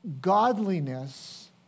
godliness